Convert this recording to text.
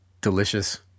delicious